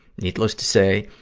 needless to say,